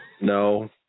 No